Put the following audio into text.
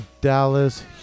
Dallas